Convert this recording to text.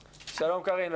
קארין,